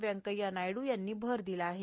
व्यंकथ्या नायडू यांनी भर दिला आहे